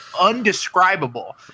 undescribable